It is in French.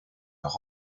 leur